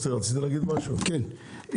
ראשית,